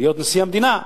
להיות נשיא המדינה.